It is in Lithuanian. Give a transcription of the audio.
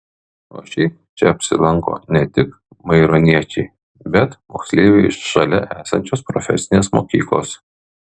o šiaip čia apsilanko ne tik maironiečiai bet moksleiviai iš šalia esančios profesinės mokyklos